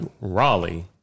Raleigh